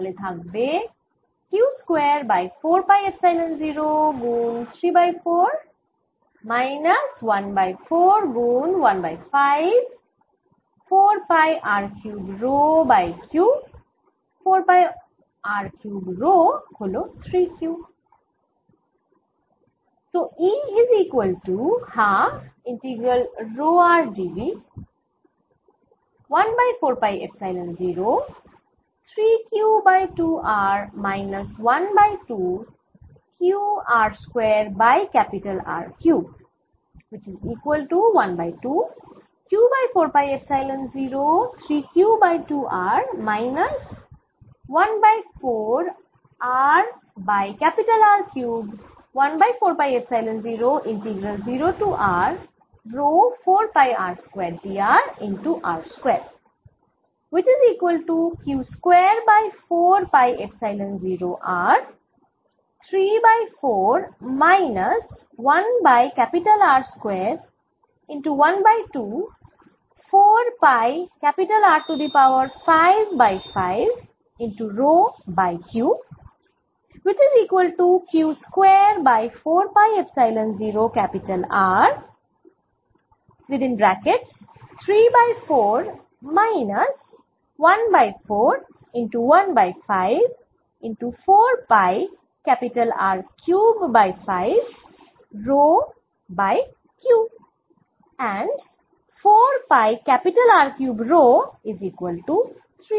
তাহলে থাকবে Q square by 4 pi epsilon 0 গুন 3 বাই 4 মাইনাস 1 বাই 4 গুন 1 by 5 4 pi R cube rho by Q 4 pi R cube rho হল 3 Q